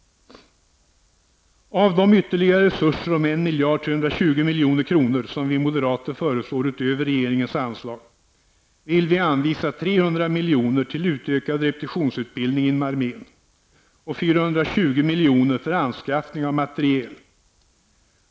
Av de ytterligare resurser om 1 320 milj.kr. som vi moderater föreslår utöver regeringens anslag vill vi anvisa 300 miljoner till utökad repetitionsutbildning inom armén och 420 miljoner för anskaffning av materiel.